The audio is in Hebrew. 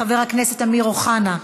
חבר הכנסת אמיר אוחנה,